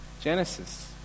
Genesis